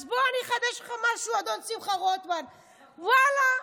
אז בוא, אני אחדש לך משהו, אדון שמחה רוטמן: לא,